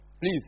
please